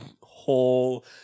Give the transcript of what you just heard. whole